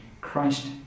Christ